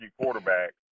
quarterback